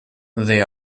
they